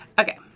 Okay